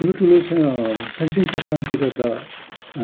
ठुलो ठुलो शैक्षिक संस्थानतिर त